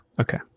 Okay